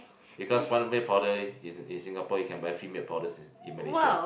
because one milk powder in in Singapore you can buy three milk powder in in Malaysia